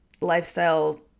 lifestyle